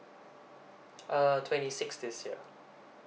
uh twenty six this year